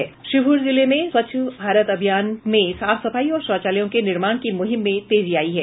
शिवहर जिले में स्वच्छ भारत अभियान में साफ सफाई और शौचालयों के निर्माण की मुहिम में तेजी आई है